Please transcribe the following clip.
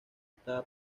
estaba